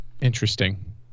interesting